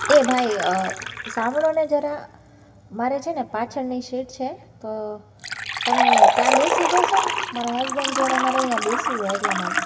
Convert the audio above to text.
એ ભાઈ સાંભળો ને જરા મારે છે ને પાછળની સીટ છે તો તમે ત્યાં બેસી જશો મારા હસબન્ડ જોડે મારે અહીંયા બેસવું છે એટલા માટે